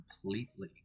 completely